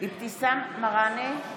אבתיסאם מראענה,